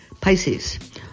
Pisces